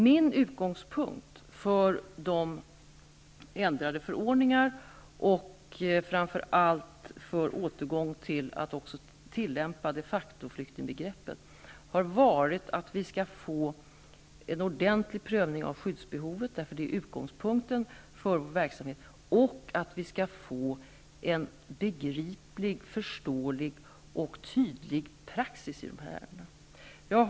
Min utgångspunkt för de ändrade förordningarna och framför allt för en återgång till att tillämpa de facto-flyktingbegreppet har varit att vi skall få en ordenligt prövning av skyddsbehovet, eftersom det är utgångspunkten för verksamheten, och att vi skall få en begriplig, förståelig och tydlig praxis när det gäller dessa ärenden.